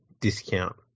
discount